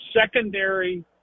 Secondary